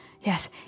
Yes